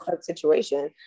situation